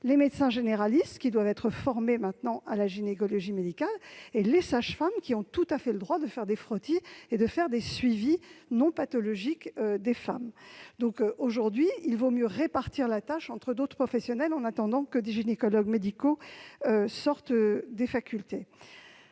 les médecins généralistes doivent être formés à la gynécologie médicale, et les sages-femmes ont le droit de faire des frottis et de suivre les grossesses non pathologiques des femmes. Ainsi convient-il de mieux répartir la tâche entre d'autres professionnels, en attendant que des gynécologues médicaux sortent des facultés.